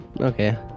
Okay